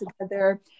together